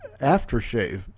aftershave